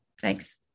Thanks